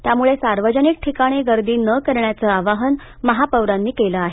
त्यामुळे सार्वजनिक ठिकाणी गर्दी न करण्याचं आवाहन महापौरांनी केलं आहे